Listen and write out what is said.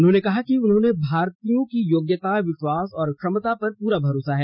उन्होंने कहा कि उन्हें भारतीयों की योग्यता विश्वास और क्षमता पर पुरा भरोसा है